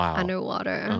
underwater